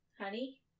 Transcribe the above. honey